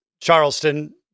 charleston